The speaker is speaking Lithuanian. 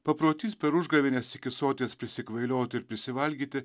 paprotys per užgavėnes iki soties prisikvailioti ir prisivalgyti